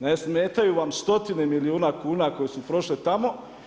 Ne smetaju vam stotine milijuna kuna, koje su prošli tamo.